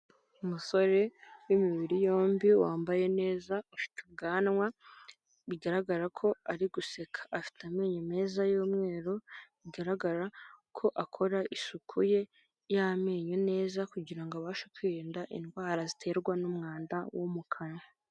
Umusore w'imibiri yombi wambaye neza, ufite ubwanwa, bigaragara ko ari guseka, afite amenyo meza y'umweru bigaragara ko akora isuku ye y'amenyo neza kugira ngo abashe kwirinda indwara ziterwa n'umwanda wo mu kanwa.